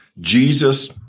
Jesus